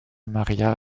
maria